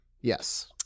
Yes